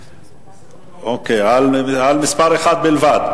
אוקיי, על מס' 1 בלבד.